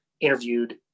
interviewed